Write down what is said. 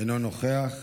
אינו נוכח.